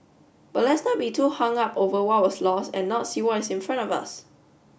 but let's not be too hung up over what was lost and not see what is in front of us